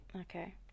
Okay